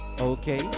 Okay